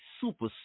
super